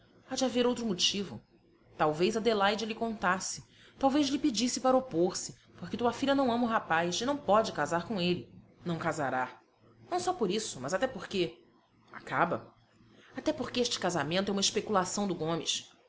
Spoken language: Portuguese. há de haver outro motivo talvez adelaide lhe contasse talvez lhe pedisse para opor se porque tua filha não ama o rapaz e não pode casar com ele não casará não só por isso mas até porque acaba até porque este casamento é uma especulação do gomes